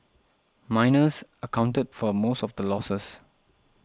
miners accounted for most of the losses